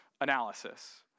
analysis